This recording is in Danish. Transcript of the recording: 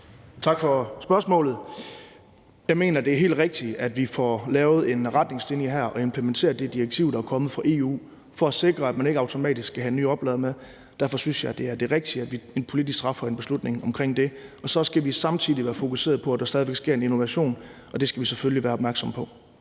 Tak for spørgsmålet. Jeg mener, det er helt rigtigt, at vi får lavet en retningslinje her og implementeret det direktiv, der er kommet fra EU, for at sikre, at man ikke automatisk skal have ny oplader med. Derfor synes jeg, at det er det rigtige, at vi politisk træffer en beslutning omkring det. Så skal vi samtidig være fokuseret på, at der stadig væk sker innovation, og det skal vi selvfølgelig være opmærksomme på.